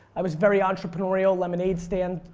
i was very entrepreneurial lemonade stand,